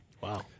Wow